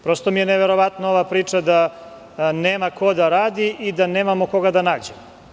Prosto mi je neverovatna ova priča da nema ko da radi i da nemamo koga da nađemo.